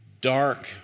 dark